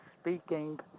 speaking